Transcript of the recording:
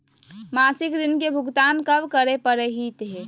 मासिक ऋण के भुगतान कब करै परही हे?